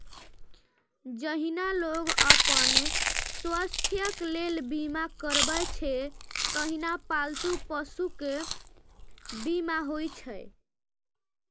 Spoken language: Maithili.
जहिना लोग अपन स्वास्थ्यक लेल बीमा करबै छै, तहिना पालतू पशुक बीमा होइ छै